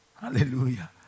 Hallelujah